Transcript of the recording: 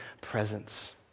presence